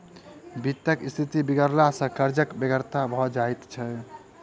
वित्तक स्थिति बिगड़ला सॅ कर्जक बेगरता भ जाइत छै